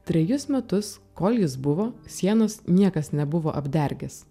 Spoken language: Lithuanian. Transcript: trejus metus kol jis buvo sienos niekas nebuvo apdergęs